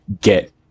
get